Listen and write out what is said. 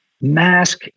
mask